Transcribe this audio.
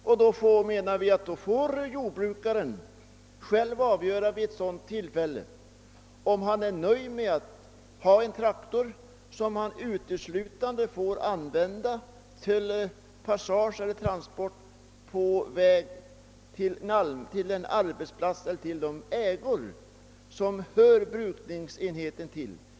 Jordbrukaren får i så fall själv avgöra om han är nöjd med att ha en traktor som uteslutande får användas efter vägarna för passage eller transport till en arbetsplats eller till de ägor som hör brukningsenheten till.